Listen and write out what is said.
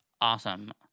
awesome